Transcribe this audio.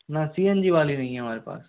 ना C N G वाली नहीं है हमारे पास